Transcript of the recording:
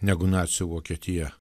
negu nacių vokietija